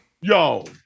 Yo